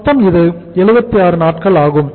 மொத்தம் இது 76 நாட்கள் ஆகும்